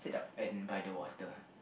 best don't buy the water